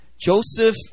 Joseph